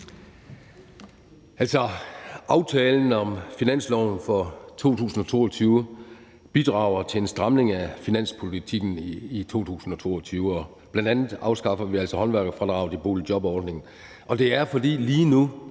aftalen om finansloven for 2022 bidrager til en stramning af finanspolitikken i 2022, og bl.a. afskaffer vi altså håndværkerfradraget i boligjobordningen,